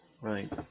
right